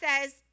says